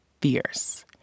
fierce